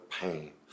pain